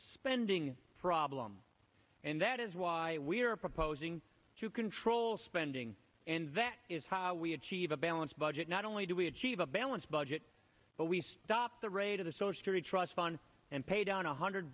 spending problem and that is why we are proposing to control spending and that is how we achieve a balanced budget not only do we achieve a balanced budget but we stop the rate of the socially trust fund and pay down one hundred